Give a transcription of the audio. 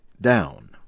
down